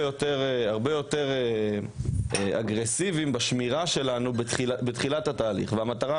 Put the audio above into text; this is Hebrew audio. יותר אגרסיביים בשמירה שלנו בתחילת התהליך והמטרה,